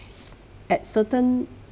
that certain